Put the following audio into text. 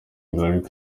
hillary